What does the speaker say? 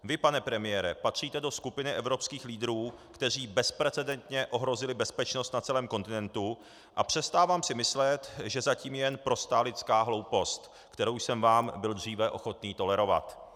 Vy, pane premiére, patříte do skupiny evropských lídrů, kteří bezprecedentně ohrozili bezpečnost na celém kontinentu, a přestávám si myslet, že za tím je jen prostá lidská hloupost, kterou jsem vám byl dříve ochotný tolerovat.